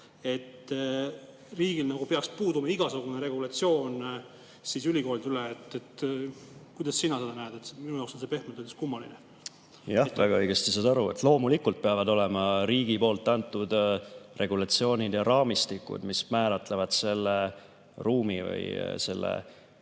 et riigil peaks puuduma igasugune regulatsioon ülikoolide üle. Kuidas sina seda näed? Minu jaoks on see pehmelt öeldes kummaline. Jah, väga õigesti saad aru. Loomulikult peavad olema riigi poolt antud regulatsioonid ja raamistikud, mis määratlevad selle ruumi või need